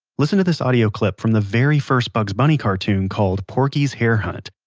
listen to this audio clip from the very first bugs bunny cartoon called porky's hare hunt.